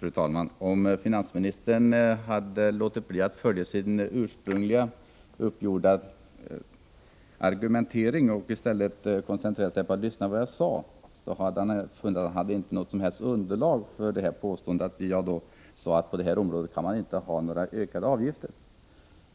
Fru talman! Om finansministern hade låtit bli att följa sin i förväg uppgjorda argumentering och i stället koncentrerat sig på att lyssna på vad jag sade hade han inte funnit något underlag för påståendet att vi har sagt att man på detta område inte kan ha ökade avgifter.